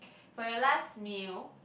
for your last meal